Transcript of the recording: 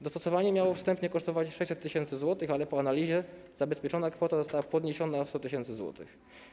Dostosowanie miało wstępnie kosztować 600 tys. zł, ale po analizie zabezpieczona kwota została podniesiona o 100 tys. zł.